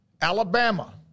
Alabama